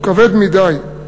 הוא כבד מדי.